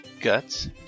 guts